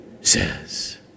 says